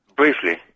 Briefly